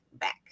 back